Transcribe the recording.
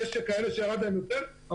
יש כאלה שירד להם יותר,